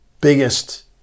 biggest